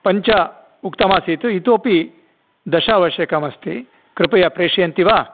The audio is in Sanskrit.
पञ्च उक्तम् आसीत् इतोपि दश आवश्यकम् अस्ति कृपया प्रेषयन्ति वा